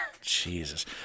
Jesus